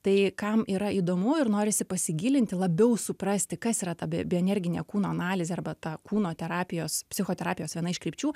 tai kam yra įdomu ir norisi pasigilinti labiau suprasti kas yra ta bi bio energinė kūno analizė arba ta kūno terapijos psichoterapijos viena iš krypčių